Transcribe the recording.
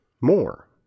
more